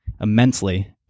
immensely